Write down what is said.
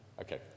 Okay